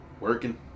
Working